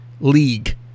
league